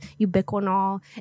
ubiquinol